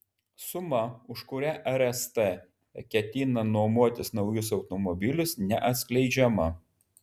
suma už kurią rst ketina nuomotis naujus automobilius neatskleidžiama